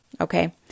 Okay